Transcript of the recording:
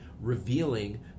revealing